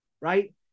right